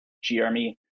Jeremy